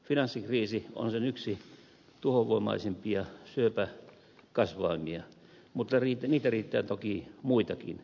finanssikriisi on sen yksi tuhovoimaisimpia syöpäkasvaimia mutta niitä riittää toki muitakin